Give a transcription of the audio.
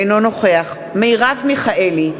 אינו נוכח מרב מיכאלי,